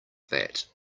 that